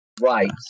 Right